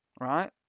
right